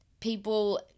People